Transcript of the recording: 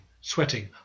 sweating